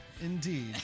Indeed